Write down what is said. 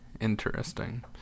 interesting